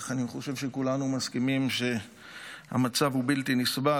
אני חושב שכולנו מסכימים שהמצב הוא בלתי נסבל,